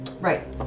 right